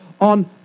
on